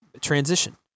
transition